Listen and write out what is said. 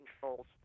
controls